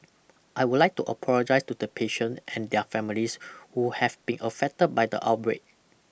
I would like to apologize to the patient and their families who have been affected by the outbreak